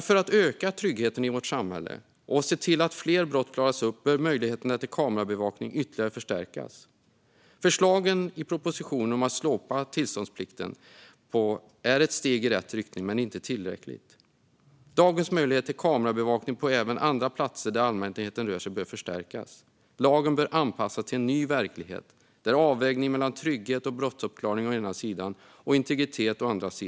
För att öka tryggheten i vårt samhälle och för att se till att fler brott klaras upp bör möjligheterna till kamerabevakning ytterligare förstärkas. Förslagen i propositionen om att slopa tillståndsplikten är ett steg i rätt riktning men inte tillräckligt. Dagens möjlighet till kamerabevakning även på andra platser där allmänheten rör sig bör förstärkas. Lagen bör anpassas till en ny verklighet där avvägningen mellan å ena sidan trygghet och brottsuppklaring och å andra sidan integritet förändras.